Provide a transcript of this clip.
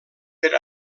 per